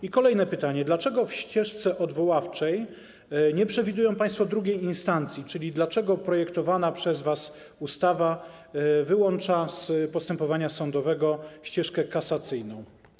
I kolejne pytanie: Dlaczego w ścieżce odwoławczej nie przewidują państwo drugiej instancji, czyli dlaczego projektowana przez was ustawa wyłącza z postępowania sądowego ścieżkę kasacyjną?